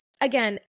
again